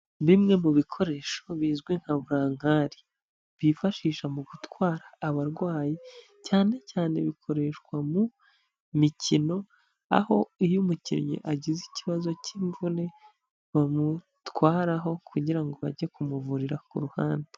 Bimwe mu bikoresho bizwi nka burankari, bifashisha mu gutwara abarwayi cyane cyane bikoreshwa mu mikino, aho iyo umukinnyi agize ikibazo cy'imvune bamutwaraho kugira ngo bajye kumuvurira ku ruhande.